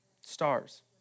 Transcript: stars